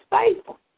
faithful